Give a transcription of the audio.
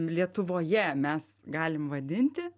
lietuvoje mes galim vadinti